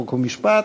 חוק ומשפט.